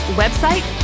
website